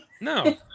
No